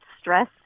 stress